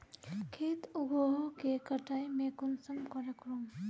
खेत उगोहो के कटाई में कुंसम करे करूम?